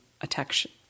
attention